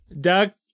Duck